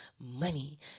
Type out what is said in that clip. money